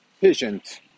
patient